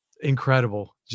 incredible